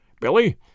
Billy